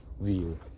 view